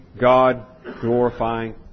God-glorifying